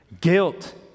Guilt